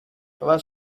was